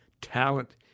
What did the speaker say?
talent